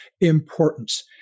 importance